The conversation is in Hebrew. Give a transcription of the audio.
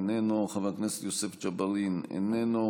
איננו,